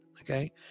okay